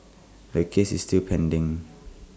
the case is still pending